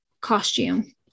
costume